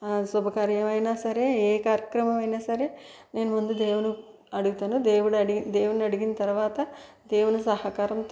శుభకార్యమైనా సరే ఏ కార్యక్రమమైనా సరే నేను ముందు దేవుడు అడుగుతాను దేవుడు దేవుడిని అడిగిన తర్వాత దేవుని సహకారం